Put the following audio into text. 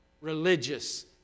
religious